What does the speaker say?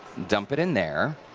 dump it in there.